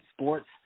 sports